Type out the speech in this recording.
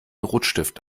rotstift